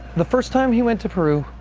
the first time he went to peru,